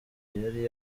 yari